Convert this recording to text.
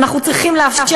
ואנחנו צריכים לאפשר,